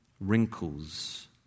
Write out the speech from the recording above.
Wrinkles